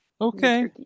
Okay